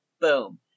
Boom